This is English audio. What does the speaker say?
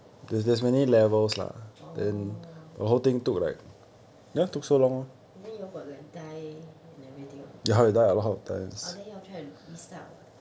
orh then you all got like die and everything ah oh then you all try to restart or what